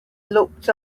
looked